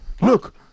Look